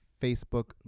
Facebook